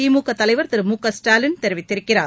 திமுக தலைவர் திரு மு க ஸ்டாலின் தெரிவித்திருக்கிறார்